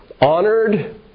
honored